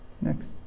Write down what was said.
Next